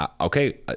okay